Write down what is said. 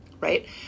right